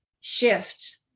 shift